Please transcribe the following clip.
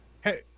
Hey